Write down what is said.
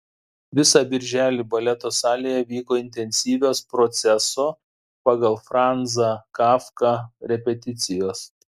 visą birželį baleto salėje vyko intensyvios proceso pagal franzą kafką repeticijos